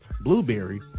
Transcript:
Blueberry